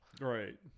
Right